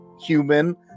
human